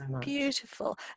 beautiful